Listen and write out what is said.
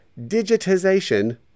digitization